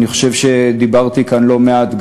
אני חושב שדיברתי כאן לא מעט,